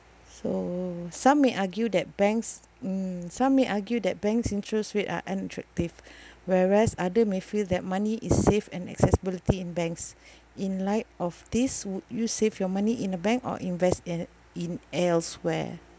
so some may argue that banks mm some may argue that banks interest rate are unattractive whereas other may feel that money is safe and accessibility in banks in light of this would you save your money in the bank or invest in in elsewhere